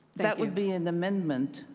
that would be an amendment,